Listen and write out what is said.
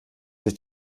sich